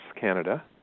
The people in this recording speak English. Canada